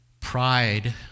pride